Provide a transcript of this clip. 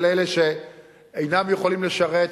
ולאלה שאינם יכולים לשרת,